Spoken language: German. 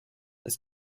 das